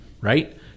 Right